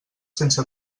sense